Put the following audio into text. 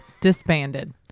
disbanded